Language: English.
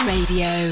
Radio